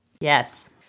Yes